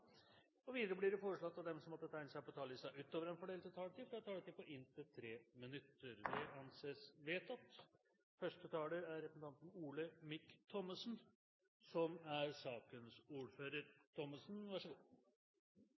Videre vil presidenten foreslå at de som måtte tegne seg på talerlisten utover den fordelte taletid, får en taletid på inntil 3 minutter. – Det anses vedtatt. Arkivfeltet som politisk område er